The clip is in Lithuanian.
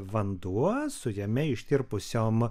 vanduo su jame ištirpusiom